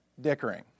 dickering